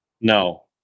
No